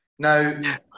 Now